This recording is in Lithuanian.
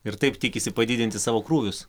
ir taip tikisi padidinti savo krūvius